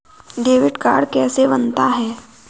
Debit card कैसे बनता है?